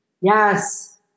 Yes